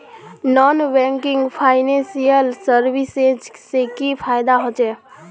Non banking financial services से की फायदा होचे?